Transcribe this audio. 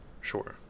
Sure